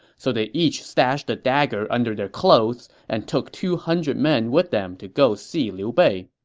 so they each stashed a dagger under their clothes and took two hundred men with them to go see liu bei